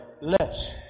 Less